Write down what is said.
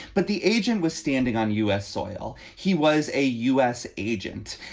but the agent was standing on u s. soil. he was a u s. agent.